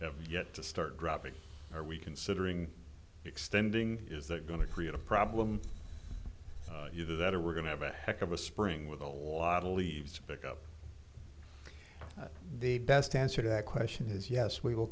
have yet to start dropping are we considering extending is that going to create a problem either that or we're going to have a heck of a spring with a lot of leaves to pick up the best answer to that question is yes we will